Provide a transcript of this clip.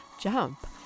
jump